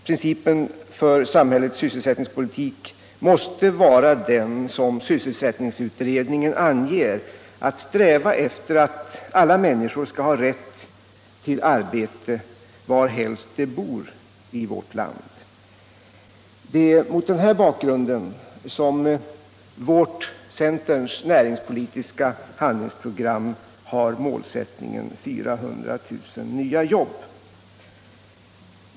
Principen för samhällets sysselsättningspolitik måste vara den som sysselsättningsutredningen anger: att sträva efter att alla människor skall ha rätt till arbete var helst de bor i landet. Det är mot denna bakgrund som centerns näringspolitiska handlingsprogram har målsättningen 400 000 nya jobb.